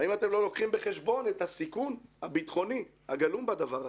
האם אתם לא לוקחים בחשבון את הסיכון הביטחוני הגלום בדבר הזה?